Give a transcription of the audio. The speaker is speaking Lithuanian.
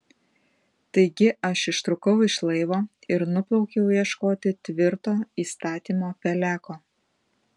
taigi aš ištrūkau iš laivo ir nuplaukiau ieškoti tvirto įstatymo peleko